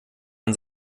man